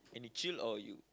any chill or you